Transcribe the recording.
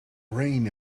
brain